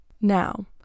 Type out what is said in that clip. now